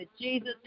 Jesus